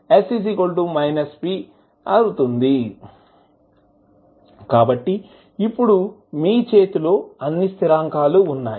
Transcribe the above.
కాబట్టి ఇప్పుడు మీ చేతిలో అన్ని స్థిరాంకాలు ఉన్నాయి